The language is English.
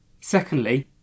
Secondly